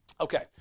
Okay